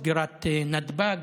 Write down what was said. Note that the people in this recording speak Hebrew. סגירת נתב"ג.